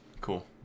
cool